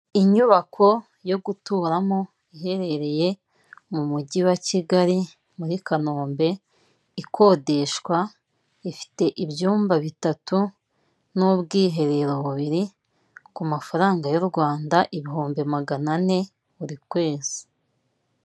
Inyubako yo guturamo iherereye mu mujyi wa kigali muri kanombe ikodeshwa ifite ibyumba bitatu n'ubwiherero bubiri ku mafaranga y'u Rwanda ibihumbi magana ane buri kwezi.